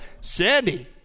Sandy